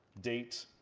date,